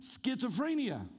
schizophrenia